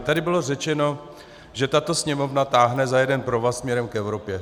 Tady bylo řečeno, že tato Sněmovna táhne za jeden provaz směrem k Evropě.